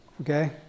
okay